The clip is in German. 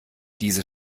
diese